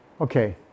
okay